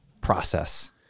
process